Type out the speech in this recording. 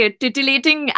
titillating